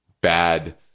bad